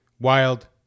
Wild